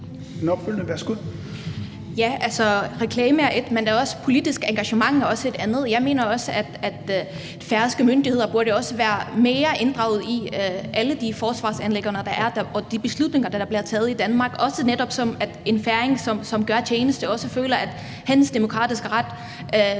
(JF): Altså, reklame er én ting, men der er også politisk engagement, og det er noget andet. Jeg mener, at færøske myndigheder også burde være mere inddraget i alle de forsvarsanliggender, der er, og de beslutninger, der bliver taget i Danmark, også netop så en færing, som gør tjeneste, også føler, at hans demokratiske ret